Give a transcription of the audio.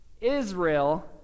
Israel